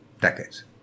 decades